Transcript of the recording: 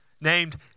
named